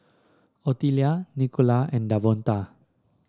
Ottilia Nicola and Davonta